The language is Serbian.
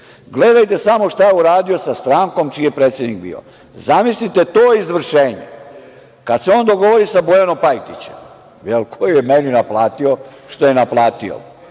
Srbije. Gledajte samo šta je uradio sa strankom čiji je predsednik bio. Zamislite to izvršenje kada se on dogovori sa Bojanom Pajtićem koji je meni naplatio što je naplatio,